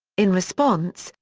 in response,